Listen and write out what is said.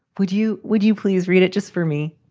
would you would you please read it just for me?